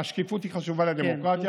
הרי השקיפות חשובה לדמוקרטיה.